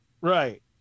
Right